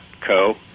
.co